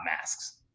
masks